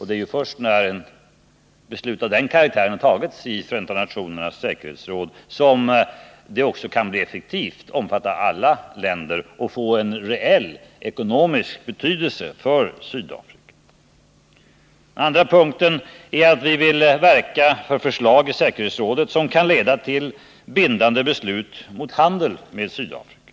Det är ju först när ett beslut av den karaktären har fattats i Förenta nationernas säkerhetsråd som det kan bli effektivt, omfatta alla länder och få en reell ekonomisk betydelse för Sydafrika. En andra punkt innebär att vi vill verka för förslag i säkerhetsrådet som kan Nr 30 leda till bindande beslut mot handel med Sydafrika.